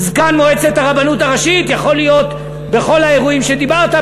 זקן מועצת הרבנות הראשית יכול להיות בכל האירועים שדיברת,